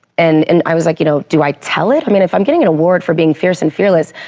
and and i was like, you know do i tell it? i mean if i'm getting an award for being fierce and fearless,